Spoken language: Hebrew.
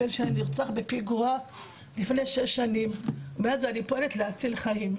הבן שלי נרצח בפיגוע לפני שש שנים מאז אני פועלת להציל חיים.